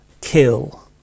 kill